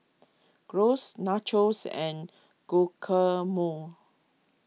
Gyros Nachos and Guacamole